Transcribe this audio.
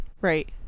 Right